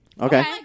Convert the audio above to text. okay